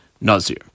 Nazir